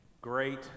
great